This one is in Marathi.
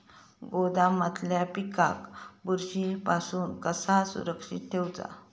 गोदामातल्या पिकाक बुरशी पासून कसा सुरक्षित ठेऊचा?